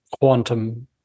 quantum